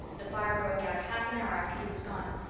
the fire broke out half an hour after he was gone.